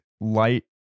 light